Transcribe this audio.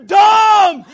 dumb